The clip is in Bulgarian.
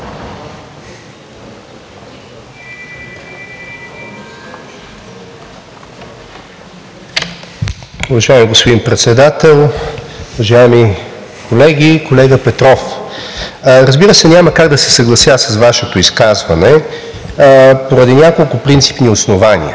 Уважаеми господин Председател, уважаеми колеги! Колега Петров, разбира се, няма как да се съглася с Вашето изказване поради няколко принципни основания.